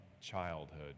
childhood